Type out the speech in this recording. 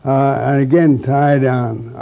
and again, tie down